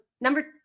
Number